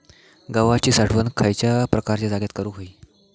गव्हाची साठवण खयल्या प्रकारच्या जागेत करू होई?